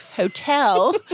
hotel